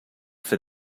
for